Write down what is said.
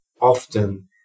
often